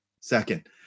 Second